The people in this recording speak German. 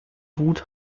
wut